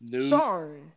Sorry